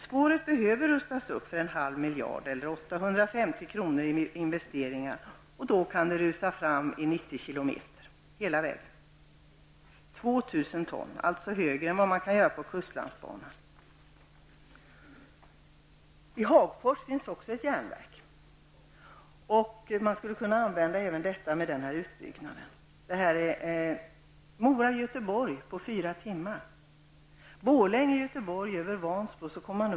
Spåret behöver rustas upp för en halv miljard eller 850 milj.kr. i investeringar. Då kan tåget rusa fram i 90 km/tim hela vägen. 2 000 ton -- alltså mer än kustlandsbanan klarar. I Hagfors finns också ett järnverk och man skulle kunna frakta även den malmen vid utbyggnaden. Sträckan Mora--Göteborg klarar man på fyra timmar.